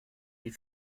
die